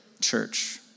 church